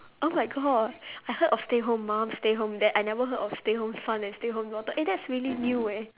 oh my god I heard of stay home mum stay home dad I never heard of stay home son and stay home daughter eh that's really new eh